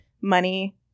money